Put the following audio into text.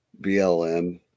BLM